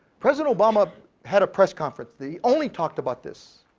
president obama had a press conference. they only talked about this,